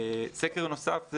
סקר נוסף,